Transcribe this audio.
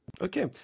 Okay